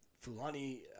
Fulani